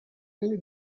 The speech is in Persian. خیلی